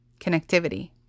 Connectivity